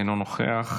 אינו נוכח,